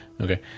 okay